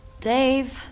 Dave